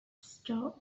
store